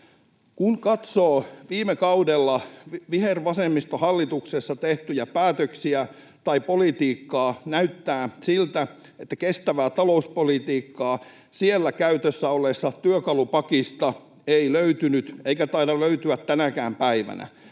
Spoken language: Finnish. Kun katsoo viime kaudella vihervasemmistohallituksessa tehtyjä päätöksiä tai politiikkaa, näyttää siltä, että kestävää talouspolitiikkaa siellä käytössä olleesta työkalupakista ei löytynyt eikä taida löytyä tänäkään päivänä.